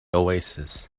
oasis